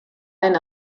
den